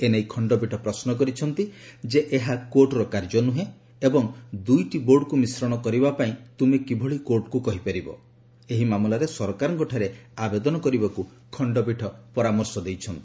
ଏ ନେଇ ଖଣ୍ଡପୀଠ ପ୍ରଶ୍ମ କରିଛନ୍ତି ଯେ ଏହା କୋର୍ଟର କାର୍ଯ୍ୟ ନୁହେଁ ଏବଂ ଦୁଇଟି ବୋର୍ଡକୁ ମିଶ୍ରଣ କରିବା ପାଇଁ ତୁମେ କିଭଳି କୋର୍ଟଙ୍କୁ କହିପାରିବ ଏହି ମାମଲାରେ ସରକାରଙ୍କଠାରେ ଆବେଦନ କରିବାକୁ ଖଣ୍ଡପୀଠ ପରାମର୍ଶ ଦେଇଛନ୍ତି